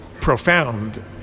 profound